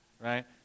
right